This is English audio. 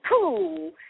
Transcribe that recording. cool